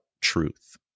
truth